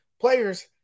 players